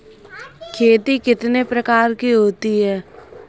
खेती कितने प्रकार की होती है?